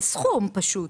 זה סכום פשוט.